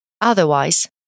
Otherwise